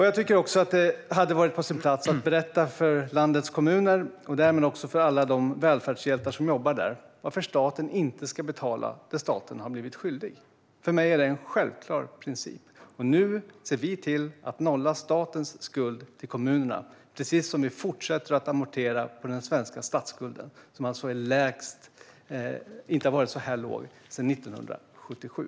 Jag tycker att det hade varit på sin plats att berätta för landets kommuner och därmed också för alla välfärdshjältar som jobbar där varför staten inte ska betala det som staten har blivit skyldig. För mig är det en självklar princip. Nu ser vi till att nolla statens skuld till kommunerna, precis som vi fortsätter att amortera på den svenska statsskulden, som inte har varit så låg sedan 1977.